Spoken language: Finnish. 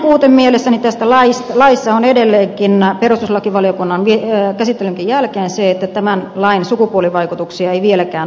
seuraava puute tässä laissa on mielestäni edelleenkin perustuslakivaliokunnan käsittelyn jälkeenkin se että tämän lain sukupuolivaikutuksia ei vieläkään ole arvioitu